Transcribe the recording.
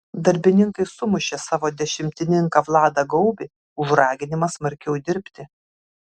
darbininkai sumušė savo dešimtininką vladą gaubį už raginimą smarkiau dirbti